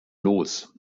los